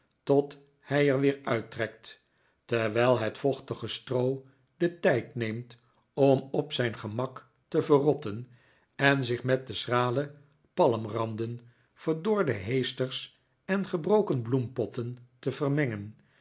tot hij er weer uittrekt terwijl het vochtige stroo den tijd neemt om op zijn gemak te verrotten en zich met de schrale palmranden verdorde heesters en gebroken bloempotten te vermengen